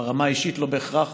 ברמה האישית, לא בהכרח